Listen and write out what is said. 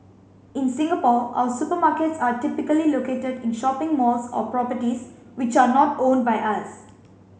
in Singapore our supermarkets are typically located in shopping malls or properties which are not owned by us